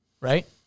right